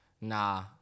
Nah